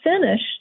finished